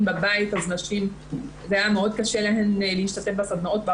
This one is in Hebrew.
בבית לנשים היה קשה מאוד להשתתף בסדנאות.